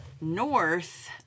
north